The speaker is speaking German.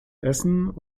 essen